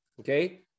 Okay